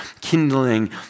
kindling